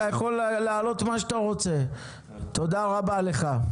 אתה יכול להעלות מה שאתה רוצה, תודה רבה לך.